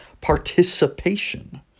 participation